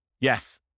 Yes